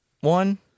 one